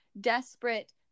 desperate